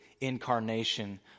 incarnation